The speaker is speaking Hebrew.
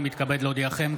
אני מתכבד להודיעכם,